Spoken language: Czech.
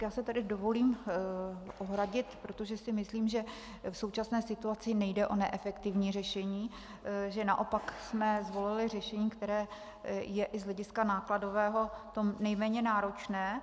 Já si tedy dovolím se ohradit, protože si myslím, že v současné situaci nejde o neefektivní řešení, že naopak jsme zvolili řešení, které je i z hlediska nákladového to nejméně náročné.